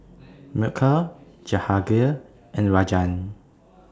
Milkha Jahangir and Rajan